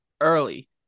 early